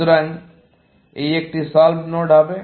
সুতরাং এই একটি সল্ভড নোড হবে